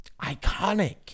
iconic